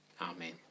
Amen